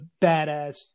badass